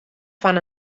fan